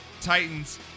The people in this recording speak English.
Titans